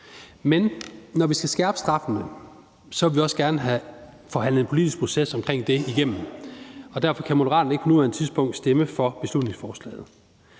Men når vi skal skærpe straffene, vil vi også gerne have forhandlet en politisk proces omkring det igennem. Derfor kan Moderaterne ikke på nuværende tidspunkt stemme for beslutningsforslaget.